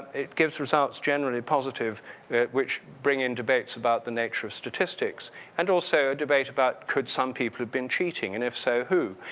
it gives results generally positive which bring in debates about the nature of statistics and also debate about could some people have been cheating and if so, who?